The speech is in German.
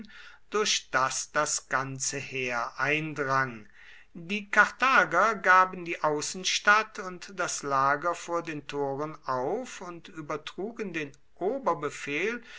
durch das das ganze heer eindrang die karthager gaben die außenstadt und das lager vor den toren auf und übertrugen den